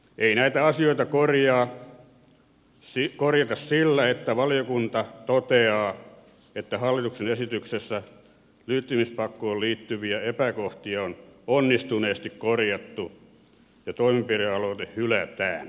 ei näitä asioita korjata sillä että valiokunta toteaa että hallituksen esityksessä liittymispakkoon liittyviä epäkohtia on onnistuneesti korjattu ja toimenpidealoite hylätään